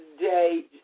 day